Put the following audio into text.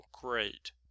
great